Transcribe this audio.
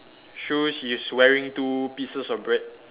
shoes he's wearing two pieces of bread